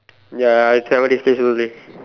ya I travel this places only